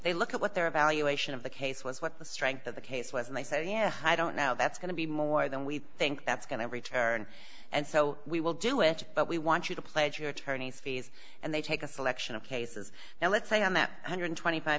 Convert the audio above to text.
they look at what they're of al you ation of the case was what the strength of the case was and they said yeah i don't know that's going to be more than we think that's going to return and so we will do it but we want you to pledge your attorneys fees and they take a selection of cases now let's say on that one hundred and twenty five